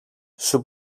σου